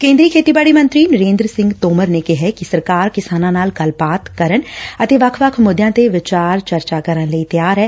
ਕੇਂਦਰੀ ਖੇਤੀਬਾੜੀ ਮੰਤਰੀ ਨਰੇਂਦਰ ਸਿੰਘ ਤੋਮਰ ਨੇ ਕਿਹੈ ਕਿ ਸਰਕਾਰ ਕਿਸਾਨਾਂ ਨਾਲ ਗੱਲਬਾਤ ਕਰਨ ਅਤੇ ਵੱਖ ਵੱਖ ਮੁੱਦਿਆਂ ਤੇ ਵਿਚਾਰ ਚਰਚਾ ਕਰਨ ਲਈ ਤਿਆਰ ਐ